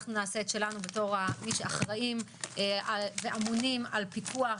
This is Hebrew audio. אנחנו נעשה את שלנו בתור מי שאחראיים ואמונים על פיקוח